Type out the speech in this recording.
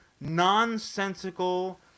nonsensical